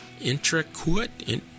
Intricate